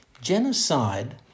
Genocide